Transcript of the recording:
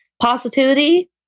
positivity